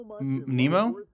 Nemo